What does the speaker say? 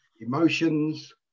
emotions